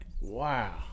Wow